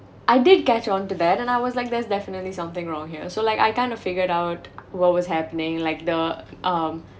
I did catch on to that then I was like there's definitely something wrong here so like I kind of figured out what was happening like the um